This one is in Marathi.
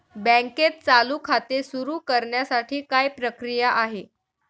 बँकेत चालू खाते सुरु करण्यासाठी काय प्रक्रिया आहे?